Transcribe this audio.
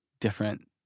different